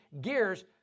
gears